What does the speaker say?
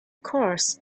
course